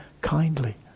kindly